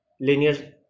linear